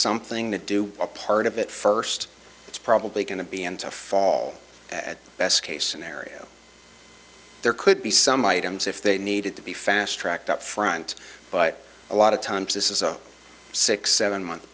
something to do a part of it first it's probably going to be into fall at best case scenario there could be some items if they needed to be fast tracked upfront but a lot of times this is a six seven month